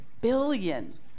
billion